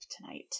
tonight